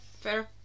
fair